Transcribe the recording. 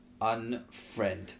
Unfriend